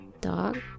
dog